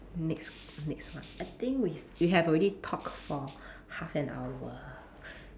next next one I think we we have already talk for half an hour